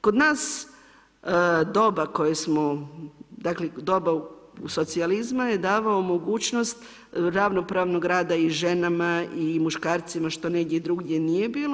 Kod nas doba koje smo dakle, doba socijalizma je davalo mogućnost ravnopravnog rada i ženama i muškarcima, što negdje drugdje nije bilo.